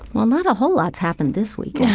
well, not a whole lot's happened this week yeah